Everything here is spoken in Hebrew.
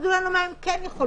שיגידו לנו מה הם כן יכולים,